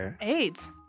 AIDS